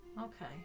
Okay